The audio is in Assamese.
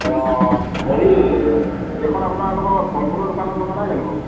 অঁ হেৰি এইখন আপোনালোকৰ ফল মূলৰ দোকানত লগা নাই জানো বাৰু